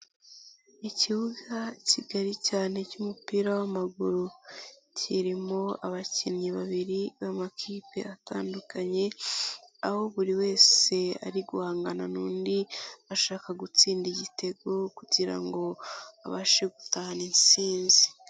Ikibuga kigari cyane cy'umupira w'amaguru, kirimo abakinnyi babiri b'amakipe atandukanye, aho buri wese ari guhangana n'undi ashaka gutsinda igitego kugira ngo babashe gutahana insinzi.